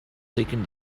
seeking